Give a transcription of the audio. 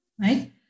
right